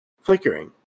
flickering